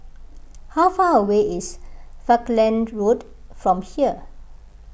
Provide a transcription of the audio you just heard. how far away is Falkland Road from here